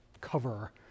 cover